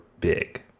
big